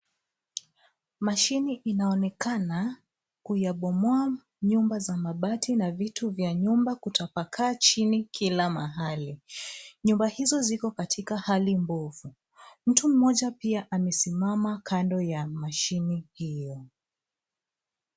Mashine inaonekana kuyabomoa nyumba za mabati na vitu vya nyumba kutapakaa chini kila mahali. Nyumba hizo ziko katika hali mbovu. Mtu mmoja pia amesimama kando ya mashine hiyo.